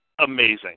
amazing